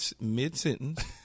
mid-sentence